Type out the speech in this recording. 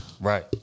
Right